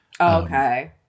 Okay